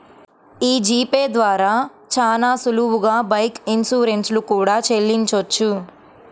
యీ G Pay ద్వారా చానా సులువుగా బైక్ ఇన్సూరెన్స్ లు కూడా చెల్లించొచ్చు